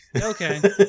Okay